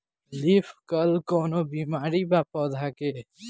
Leaf curl कौनो बीमारी बा का पौधा के?